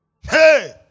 Hey